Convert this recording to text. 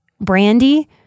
brandy